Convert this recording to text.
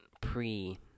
pre